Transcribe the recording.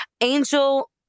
Angel